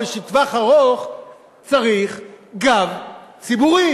אבל בשביל טווח ארוך צריך גב ציבורי,